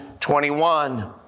21